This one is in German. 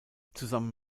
zusammen